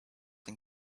and